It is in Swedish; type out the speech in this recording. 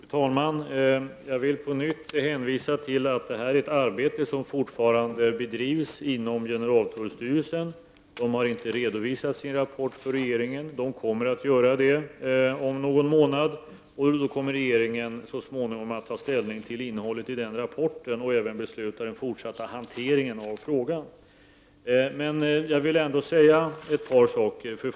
Fru talman! Jag vill på nytt hänvisa till att det här är ett arbete som fortfarande pågår inom generaltullstyrelsen. Den har ännu inte redovisat sin rapport för regeringen men kommer att göra det om någon månad. Därefter kommer regeringen att ta ställning till innehållet i rapporten och fatta beslut om frågans fortsatta hantering. Låt mig ändå säga ett par saker.